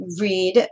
read